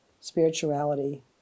spirituality